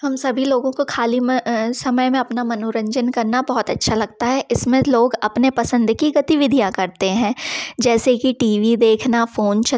हम सभी लोगों को खाली समय में अपना मनोरंजन करना बहुत अच्छा लगता है इसमें लोग अपने पसंद की गतिविधियाँ करते हैं जैसे कि टी वी देखना फ़ोन चलाना